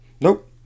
Nope